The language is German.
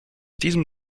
diesem